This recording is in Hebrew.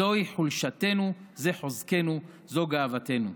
זוהי חולשתנו, זה חוזקנו, זו גאוותנו.